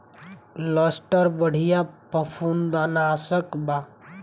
Luster बढ़िया फंफूदनाशक बा